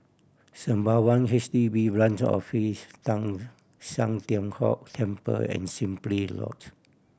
Sembawang H D B Branch Office Teng San Tian Hock Temple and Simply Lodge